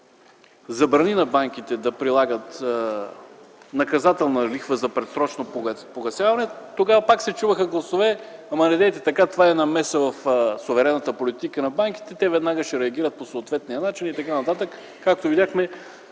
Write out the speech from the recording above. забрани на банките да прилагат наказателна лихва за предсрочно погасяване, тогава пак се чуваха гласове – недейте така, това е намеса в суверенната политика на банките, те веднага ще реагират по съответния начин и т.н. Както видяхме,